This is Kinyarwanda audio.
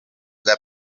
bwa